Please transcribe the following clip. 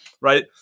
right